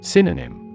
Synonym